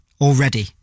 already